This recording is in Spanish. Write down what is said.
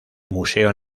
museo